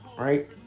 Right